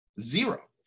Zero